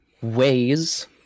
ways